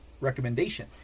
recommendation